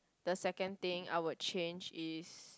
the second thing I will change is